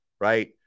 right